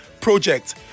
project